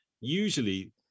Usually